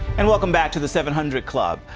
and welcome back to the seven hundred club.